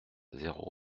zéro